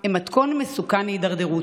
הם מתכון מסוכן להידרדרות.